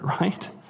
right